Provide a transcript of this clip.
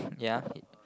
ya